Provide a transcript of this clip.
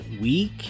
week